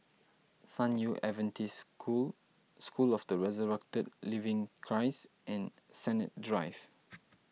San Yu Adventist School School of the Resurrected Living Christ and Sennett Drive